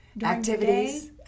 Activities